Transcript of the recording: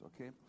okay